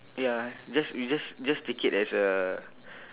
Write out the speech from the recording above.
ya just you just just take it as a